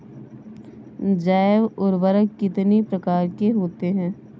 जैव उर्वरक कितनी प्रकार के होते हैं?